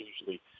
usually